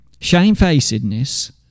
shamefacedness